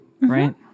right